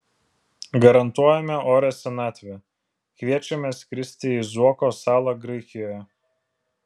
garantuojame orią senatvę kviečiame skristi į zuoko salą graikijoje